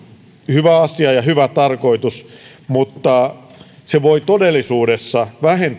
hyvä asia ja hyvä tarkoitus mutta se voi todellisuudessa